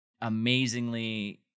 amazingly